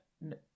no